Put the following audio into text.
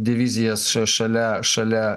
divizijas šalia šalia